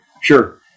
sure